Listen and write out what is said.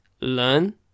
learn